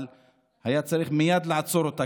אבל היה צריך מייד לעצור אותה,